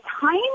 time